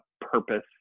purpose